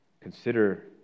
Consider